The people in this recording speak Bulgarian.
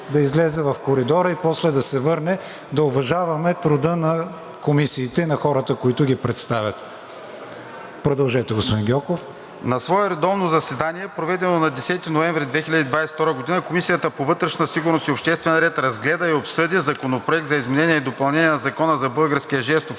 да излезе в коридора и после да се върне. Да уважаваме труда на комисиите и на хората, които ги представят. Продължете, господин Гьоков.